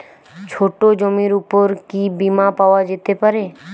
ছোট জমির উপর কি বীমা পাওয়া যেতে পারে?